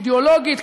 אידיאולוגית,